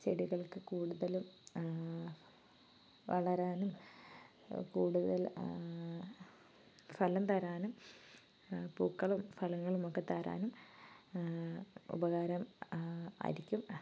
ചെടികൾക്ക് കൂടുതലും വളരാനും കൂടുതൽ ഫലം തരാനും പൂക്കളും ഫലങ്ങളുമൊക്കെ തരാനും ഉപകാരം ആയിരിക്കും